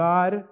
God